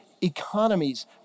economies